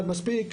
אחד מספיק.